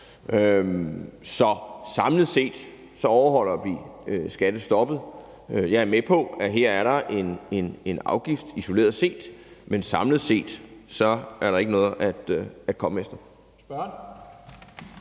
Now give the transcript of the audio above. Så samlet set overholder vi skattestoppet. Jeg er med på, at her er der en afgift isoleret set, men samlet set er der ikke noget at komme efter.